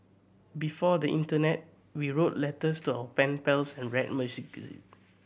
before the internet we wrote letters to our pen pals and read